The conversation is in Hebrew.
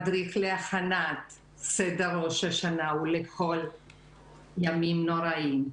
מדריך להכנת סדר ראש השנה ולכל הימים הנוראיים.